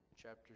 chapter